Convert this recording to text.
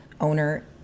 owner